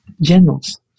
generals